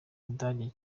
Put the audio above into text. budage